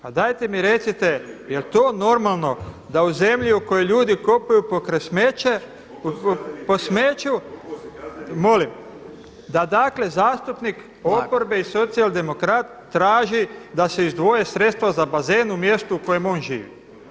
Pa dajte mi recite je li to normalno da u zemlji u kojoj ljudi kopaju pokraj smeća, po smeću da dakle zastupnik oporbe i socijaldemokrat traži da se izdvoje sredstva za bazen u mjestu u kojem on živi?